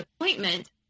appointment